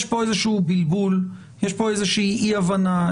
יש פה איזשהו בלבול, יש פה איזושהי אי הבנה.